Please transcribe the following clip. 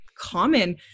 common